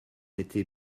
était